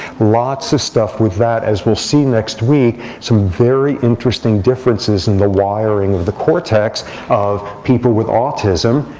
lots of stuff with that, as we'll see next week some very interesting differences in the wiring of the cortex of people with autism.